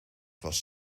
was